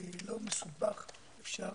ולא מסובך אפשר